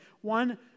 one